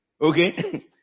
Okay